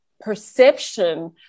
perception